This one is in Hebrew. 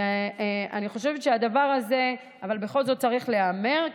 אבל אני חושבת שהדבר הזה בכל זאת צריך להיאמר,